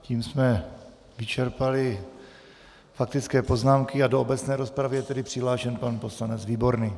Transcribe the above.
Tím jsme vyčerpali faktické poznámky a do obecné rozpravy je tedy přihlášen pan poslanec výborný.